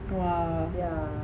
!wah!